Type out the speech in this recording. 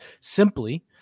simply